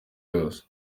yose